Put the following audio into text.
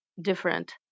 different